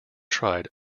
tried